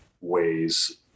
ways